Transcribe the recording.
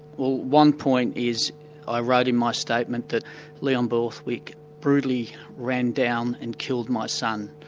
well one point is i wrote in my statement that leon borthwick brutally ran down and killed my son,